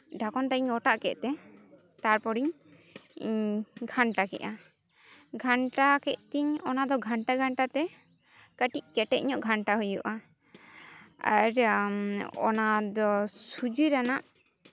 ᱰᱷᱟᱠᱚᱱ ᱴᱟᱜ ᱤᱧ ᱚᱴᱟᱜ ᱠᱮᱫ ᱛᱮ ᱛᱟᱨᱯᱚᱨᱮᱧ ᱜᱷᱟᱱᱴᱟ ᱠᱮᱫᱟ ᱜᱷᱟᱱᱴᱟ ᱠᱮᱫ ᱛᱤᱧ ᱚᱱᱟ ᱫᱚ ᱜᱷᱟᱱᱴᱟ ᱜᱷᱟᱱᱴᱟ ᱛᱮ ᱠᱟᱹᱴᱤᱡ ᱠᱮᱴᱮᱡ ᱧᱚᱜ ᱜᱷᱟᱱᱴᱟ ᱦᱩᱭᱩᱜᱼᱟ ᱟᱨ ᱚᱱᱟ ᱫᱚ ᱥᱩᱡᱤ ᱨᱮᱱᱟᱜ